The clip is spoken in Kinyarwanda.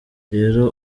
rero